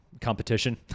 competition